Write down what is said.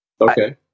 Okay